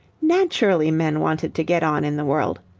naturally men wanted to get on in the world.